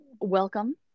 welcome